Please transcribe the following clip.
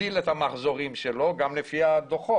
הגדיל את המחזורים שלו גם לפי הדוחות.